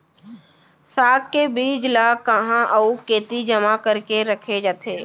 साग के बीज ला कहाँ अऊ केती जेमा करके रखे जाथे?